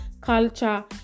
culture